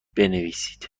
بنویسید